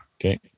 Okay